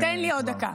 תן לי עוד דקה.